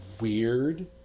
weird